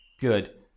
good